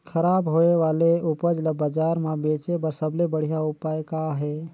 खराब होए वाले उपज ल बाजार म बेचे बर सबले बढ़िया उपाय का हे?